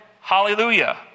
Hallelujah